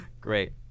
Great